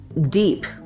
deep